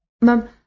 Mum